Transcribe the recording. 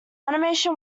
animation